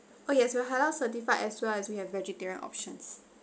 oh yes we're halal certified as well as we have vegetarian options